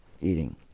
eating